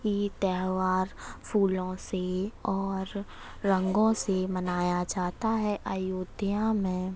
ये त्यौहार फूलों से और रंगों से मनाया जाता है अयोध्या में